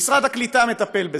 שמשרד הקליטה מטפל בה.